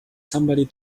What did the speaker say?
somebody